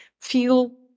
feel